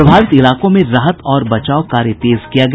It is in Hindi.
प्रभावित इलाकों में राहत और बचाव कार्य तेज किया गया